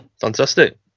fantastic